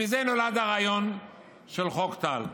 מזה נולד הרעיון של חוק טל.